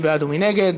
מי בעד ומי נגד?